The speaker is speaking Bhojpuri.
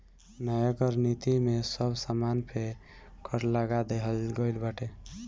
नया कर नीति में सब सामान पे कर लगा देहल गइल बाटे